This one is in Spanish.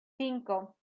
cinco